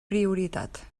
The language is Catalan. prioritat